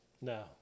No